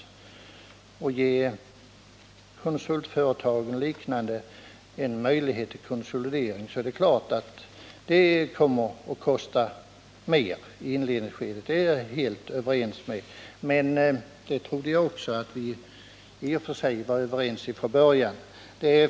Att detta kommer att kosta pengar i inledningsskedet är jag helt överens med Curt Boström om, och det tror jag att vi var överens om från början.